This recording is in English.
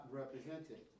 represented